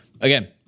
Again